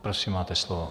Prosím, máte slovo.